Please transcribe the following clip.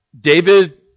David